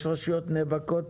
יש רשויות שנאבקות